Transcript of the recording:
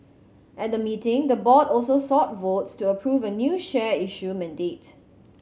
at the meeting the board also sought votes to approve a new share issue mandate